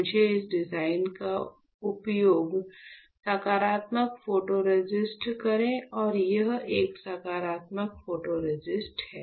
मुझे इस डिजाइन का उपयोग सकारात्मक फोटोरेसिस्ट करे और यह एक सकारात्मक फोटोरेसिस्ट है